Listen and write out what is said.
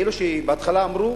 היו אלה שבהתחלה אמרו: